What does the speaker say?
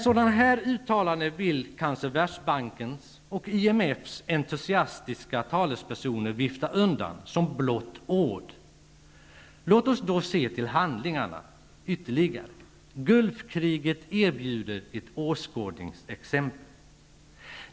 Sådana här uttalanden vill kanske Världsbankens och IMF:s entusiastiska talespersoner vifta undan som blott ord. Låt oss då se på handlingarna. Gulfkriget erbjuder ett åskådningsexempel.